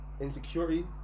insecurity